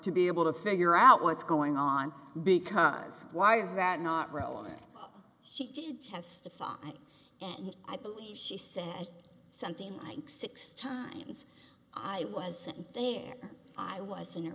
to be able to figure out what's going on because why is that not relevant she did testify and i believe she said something like six times i wasn't there i was